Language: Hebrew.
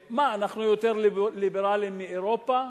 מה, אנחנו יותר ליברלים מאירופה?